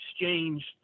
exchanged